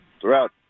throughout